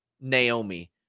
Naomi